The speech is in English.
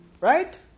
Right